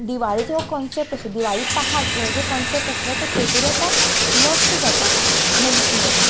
दिवाळेचो concept आसा दिवाळी पहाट हो जो कॉन्सेप्ट आसा तो खंयतरी आतां नश्ट जाता हें दिसून येता